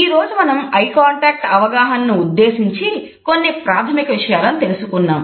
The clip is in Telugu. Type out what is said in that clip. ఈరోజు మనం ఐ కాంటాక్ట్ అవగాహనను ఉద్దేశించి కొన్ని ప్రాథమిక విషయాలను తెలుసుకున్నాం